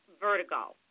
vertigo